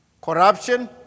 Corruption